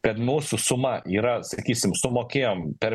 kad mūsų suma yra sakysim sumokėjom per